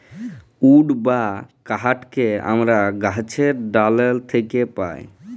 would বা কাহাঠকে আমরা গাহাছের ডাহাল থ্যাকে পাই